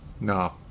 No